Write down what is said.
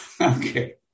okay